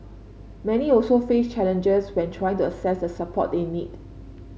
many also face challenges when trying to access the support they need